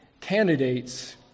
candidates